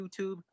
YouTube